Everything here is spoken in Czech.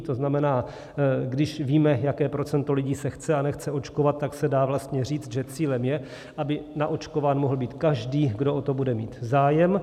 To znamená, když víme, jaké procento lidí se chce a nechce očkovat, tak se dá vlastně říct, že cílem je, aby naočkován mohl být každý, kdo o to bude mít zájem.